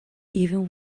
even